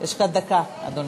יש לך דקה, אדוני.